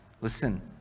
listen